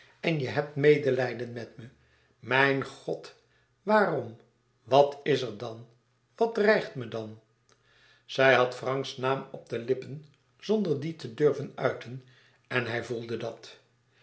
en je hebt medelijden met me mijn god waarom wat is er dan wat dreigt me dan zij had franks naam op de lippen zonder dien te durven uiten en hij voelde dat